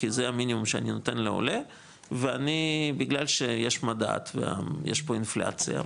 כי זה המינימום שאני נותן לעולה ואני בגלל שיש מדד ויש פה אינפלציה,